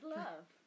love